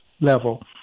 level